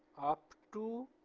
up to